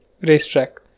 racetrack